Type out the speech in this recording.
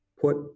put